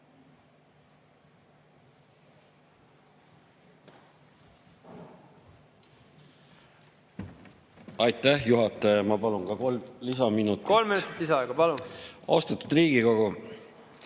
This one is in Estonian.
Aitäh, juhataja! Ma palun kolm lisaminutit. Kolm minutit lisaaega, palun! Austatud Riigikogu!